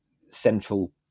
central